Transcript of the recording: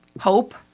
hope